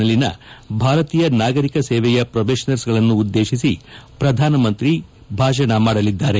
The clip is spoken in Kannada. ನಲ್ಲಿನ ಭಾರತೀಯ ನಾಗರಿಕ ಸೇವೆಯ ಪೊಬೇಷನರ್ಸ್ ಗಳನ್ನುದ್ಲೇತಿಸಿ ಪ್ರಧಾನ ಮಂತ್ರಿ ಭಾಷಣ ಮಾಡಲಿದ್ದಾರೆ